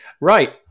Right